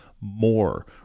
more